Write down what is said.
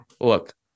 Look